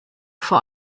vor